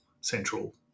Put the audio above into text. central